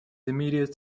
immediate